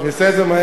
אני אעשה את זה מהר.